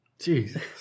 Jesus